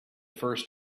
first